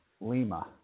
Lima